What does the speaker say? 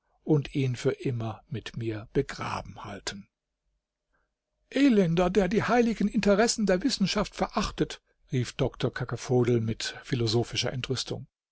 und ihn für immer mit mir begraben halten elender der die heiligen interessen der wissenschaft verachtet rief doktor cacaphodel mit philosophischer entrüstung